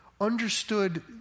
understood